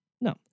no